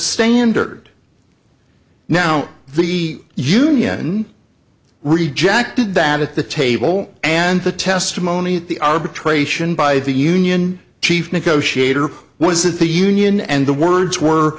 standard now the union rejected that at the table and the testimony at the arbitration by the union chief negotiator was that the union and the words were